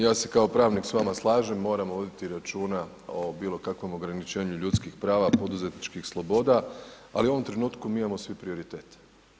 Ja se kao pravnik s vama slažem, moramo voditi računa o bilokakvom ograničenju ljudskih prava, poduzetničkih sloboda, ali u ovom trenutku mi imamo svi prioritet.